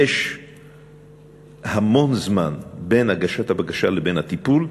יש המון זמן בין הגשת הבקשה לבין הטיפול.